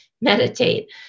meditate